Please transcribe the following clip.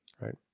right